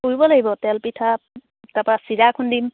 পুৰিব লাগিব তেল পিঠা তাৰপৰা চিৰা খুন্দিম